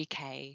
UK